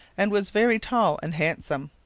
and was very tall and handsome.